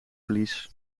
verlies